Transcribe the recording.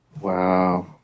Wow